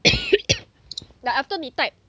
like after 你 type